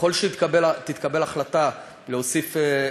ככל שתתקבל החלטה להוסיף,